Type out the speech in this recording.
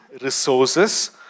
resources